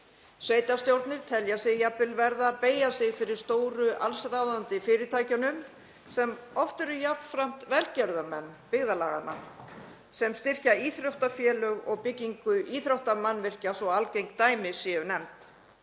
Sveitarstjórnir telja sig jafnvel verða að beygja sig fyrir stóru allsráðandi fyrirtækjunum sem oft eru jafnframt velgjörðarmenn byggðarlaganna sem styrkja íþróttafélög og byggingu íþróttamannvirkja svo algeng dæmi séu nefnd.